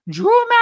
Drew